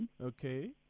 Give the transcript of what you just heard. okay